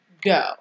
Go